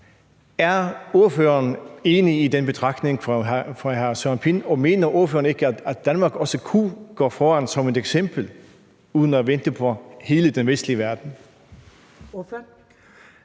Er ordføreren enig i den betragtning fra hr. Søren Pind? Og mener ordføreren ikke, at Danmark også kunne gå foran som et eksempel uden at vente på hele den vestlige verden?